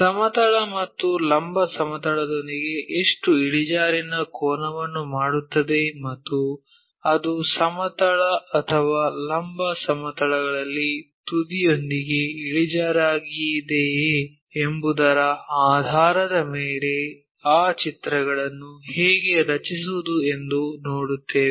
ಸಮತಲ ಮತ್ತು ಲಂಬ ಸಮತಲದೊಂದಿಗೆ ಎಷ್ಟು ಇಳಿಜಾರಿನ ಕೋನವನ್ನು ಮಾಡುತ್ತದೆ ಮತ್ತು ಅದು ಸಮತಲ ಅಥವಾ ಲಂಬ ಸಮತಲಗಳಲ್ಲಿ ತುದಿಯೊಂದಿಗೆ ಇಳಿಜಾರಾಗಿವೆಯೇ ಎಂಬುದರ ಆಧಾರದ ಮೇಲೆ ಆ ಚಿತ್ರಗಳನ್ನು ಹೇಗೆ ರಚಿಸುವುದು ಎಂದು ನೋಡುತ್ತೇವೆ